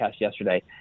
yesterday